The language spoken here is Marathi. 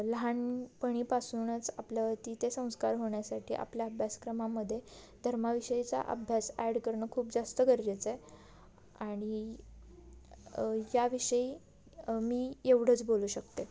लहानपणापासूनच आपलं तिथे संस्कार होण्यासाठी आपल्या अभ्यासक्रमामध्ये धर्माविषयीचा अभ्यास ॲड करणं खूप जास्त गरजेचं आहे आणि याविषयी मी एवढंच बोलू शकते